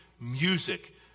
music